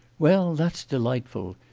well, that's delightful.